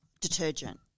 Detergent